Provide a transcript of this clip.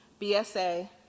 BSA